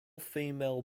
female